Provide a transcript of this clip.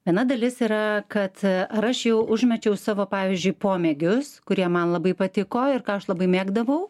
viena dalis yra kad ar aš jau užmečiau savo pavyzdžiui pomėgius kurie man labai patiko ir ką aš labai mėgdavau